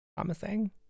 promising